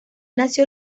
nació